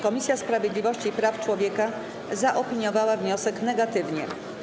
Komisja Sprawiedliwości i Praw Człowieka zaopiniowała wniosek negatywnie.